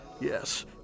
yes